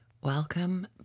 Welcome